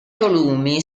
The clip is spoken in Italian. volumi